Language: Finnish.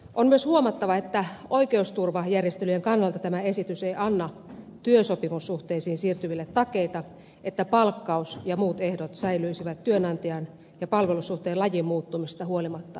on myös huomattava että oikeusturvajärjestelyjen kannalta tämä esitys ei anna työsopimussuhteisiin siirtyville takeita että palkkaus ja muut ehdot säilyisivät työnantajan ja palvelussuhteen lajin muuttumisesta huolimatta ennallaan